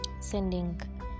sending